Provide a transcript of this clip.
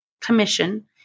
commission